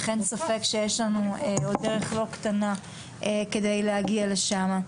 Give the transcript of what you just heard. אין ספק שיש לנו עוד דרך לא קטנה כדי להגיע לשמה.